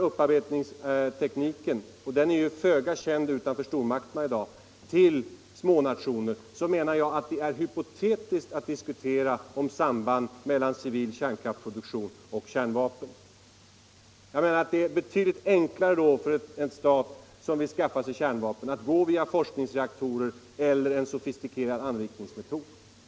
upparbetningstekniken exporteras — den är i dag föga känd utanför stormakterna — till smånationer, anser jag det vara hypotetiskt att diskutera ett samband mellan civil kärnkraftsproduktion och kärnvapen. Det är betydligt enklare för en stat som vill skaffa sig kärnvapen att gå via forskningsreaktorer eller en sofistikerad anrikningsmetod.